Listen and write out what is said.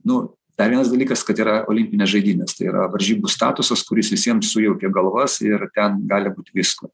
nu dar vienas dalykas kad yra olimpinės žaidynės tai yra varžybų statusas kuris visiems sujaukia galvas ir ten gali būti visko